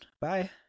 Bye